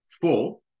four